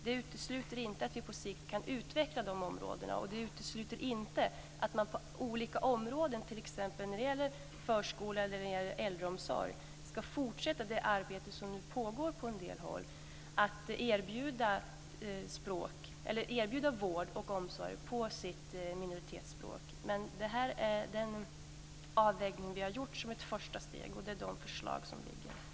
Det utesluter inte på sikt att vi kan utveckla de områdena, och det utesluter inte att man på olika områden, t.ex. förskola eller äldreomsorg, ska fortsätta det arbete som pågår på en del håll att erbjuda vård och omsorg på minoritetsspråk. Men detta är den avvägning vi gjort som ett första steg och de förslag som ligger.